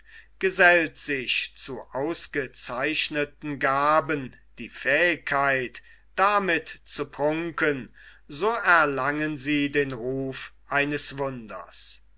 gesellt sich zu ausgezeichneten gaben die fähigkeit damit zu prunken so erlangen sie den ruf eines wunders